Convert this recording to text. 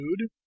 food